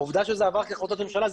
העובדה שזה עבר כהחלטת ממשלה,